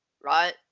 right